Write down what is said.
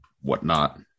whatnot